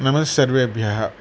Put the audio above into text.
नमस्सर्वेभ्यः